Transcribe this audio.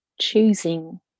choosing